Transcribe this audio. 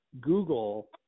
Google